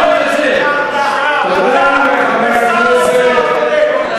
אתה ושר האוצר הקודם.